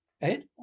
Ed